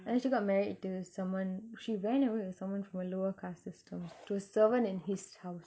then she got married to someone she ran away with someone from a lower caste system to a servant and his house